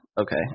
okay